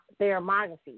thermography